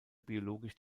biologisch